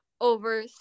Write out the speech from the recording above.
over